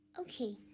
Okay